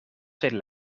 zijn